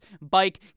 bike